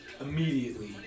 immediately